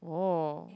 oh